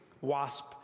wasp